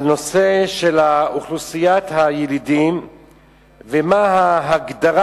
על הנושא של אוכלוסיית הילידים ומה ההגדרה